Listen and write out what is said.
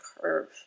curve